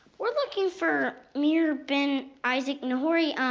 we're looking for meir ben isaac nehorai.